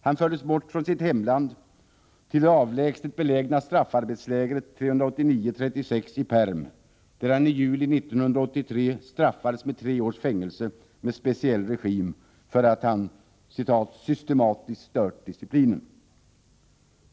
Han fördes bort från sitt hemland till det avlägset belägna straffarbetslägret 389/36 i Perm, där han i juli 1983 straffades med tre års fängelse med speciell regim för att han ”systematiskt stört disciplinen”.